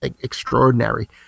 extraordinary